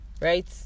right